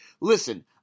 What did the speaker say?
listen